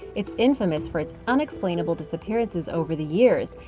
it's infamous for its unexplainable disappearances over the years,